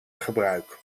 gebruik